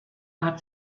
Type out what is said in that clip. hat